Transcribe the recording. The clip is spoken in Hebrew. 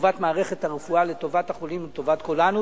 לטובת מערכת הרפואה, לטובת החולים ולטובת כולנו.